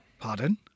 Pardon